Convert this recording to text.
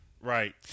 right